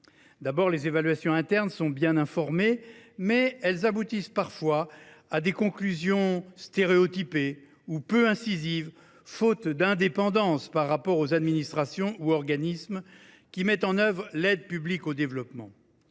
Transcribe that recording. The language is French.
D’abord, si les évaluations internes sont bien informées, elles aboutissent parfois à des conclusions stéréotypées et peu incisives, faute d’indépendance par rapport aux administrations ou aux opérateurs qui mettent en œuvre l’aide publique au développement.